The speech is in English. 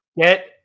Get